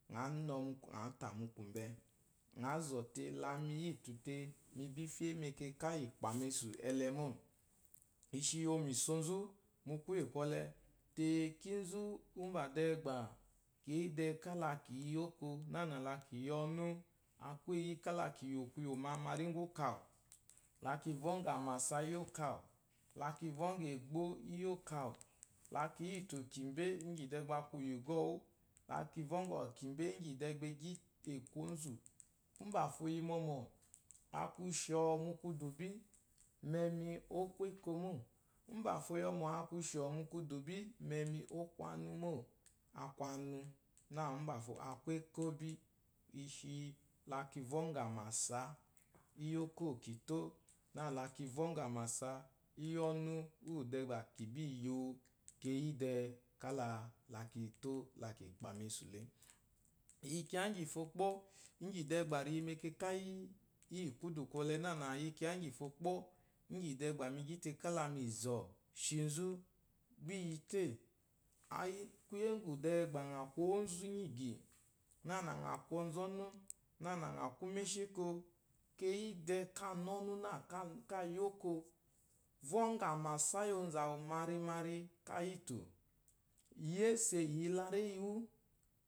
Ŋɔ mk ŋǎ tà mu kwumbɛ. Ŋǎ zɔ̀ te, la mi yìtù te, mi bí fyé mɛkɛkà íyì ìkpà mesù ɛlɛ mô. I shi iwo mì so nzú, mu kwúyè kwɔlɛ tee, kínzú úmbà dɛɛ gbà kǐ dɛɛ kála kì yi ɔ́nú, a kwu éyi yí kála kì yò kwuyò mamari úŋgwù óko awù, la kì vɔ́ŋgɔ̀ àmàsa íyì óko awù, la ki vɔ́ŋgɔ̀ ègbó íyì óko awù, la ki yítù kìmbé íŋgyì dɛɛ gbà a kwu ìyi ùgɔ́ɔ wù, la ki vɔ́ŋgɔ kìmbé íŋgyì dɛɛ gbà e gyí è kwu ǒnzù. Úmbàfo o yi mɔmɔ̀, a kwu shɔ̀ɔ̀ mu kwudù bí. Mɛmi, ó kwu éko mô. Úmbàfo o yi ɔmɔ̀ a kwu shɔ̀ɔ̀ mu kwudù bí, mɛmi, ó kwu ánú mô, a kwu anu, nâ úmbàfo a kwu ékó bí. I shi la ki vɔ́ŋgɔ̀ àmàsa íyì óko ò kì tó, nâ la ki vɔ́ŋgɔ̀ àmàsa íyì ɔ́nú úwù dɛɛ gbà kì bî yi wu. keyí dɛɛ kála la ki tó, la kì kpà mesù le. Mì yi kyiya íŋgyìfo, kpɔ́, íŋgyì dɛɛ gbà ri yi mɛkɛkà íyì kwúdù kwɔlɛ, nǎnà, i yi kyiya íŋgyìfo, kpɔ́, íŋgyì dɛɛ gbà mi gyí te kála mì zɔ̀ shi nzú. Gbá i yi tê? Kwúyè úŋgwù dɛɛ gbà ŋà kwu ónzu ínyí ìgyì, nânà ŋa kwu ɔnzɔ́nù, nânà ŋà kwu úmeshéko, keyí dɛɛ káa na ɔ́nú nâ káa yi óko, vɔ́ŋgɔ̀ àmàsa íyì onzu àwuù marimari, káa yítù. Yésè ìyelaréyi wú.